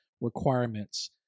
requirements